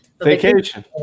vacation